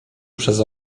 przez